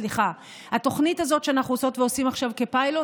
סליחה: התוכנית הזאת שאנחנו עושות ועושים עכשיו כפיילוט,